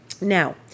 Now